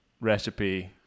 recipe